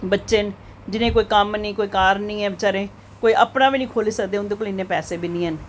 बच्चे न जिनेंगी कोई कम्म निं ऐ कार निं ऐ बेचारें कोई अपना बी निं खोल्ली सकदे उंदे कोल इन्ने पैसे बी निं हैन